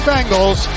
Bengals